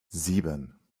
sieben